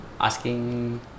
Asking